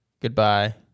goodbye